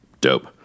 Dope